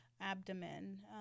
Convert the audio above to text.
abdomen